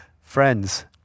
friends